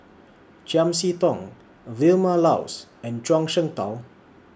Chiam See Tong Vilma Laus and Zhuang Shengtao